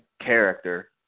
character